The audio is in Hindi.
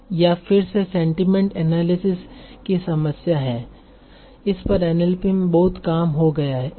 यह फिर से सेंटिमेंट एनालिसिस की समस्या है इस पर एनएलपी में बहुत काम हो गया है